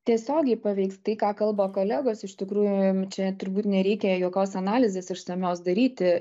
tiesiogiai paveiks tai ką kalba kolegos iš tikrųjų čia turbūt nereikia jokios analizės išsamios daryti